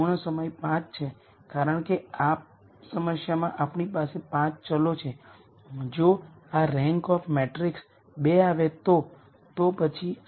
અમે આ બધાની ચર્ચા સિમેટ્રિક મેટ્રિક્સ માટે કરી રહ્યા છીએ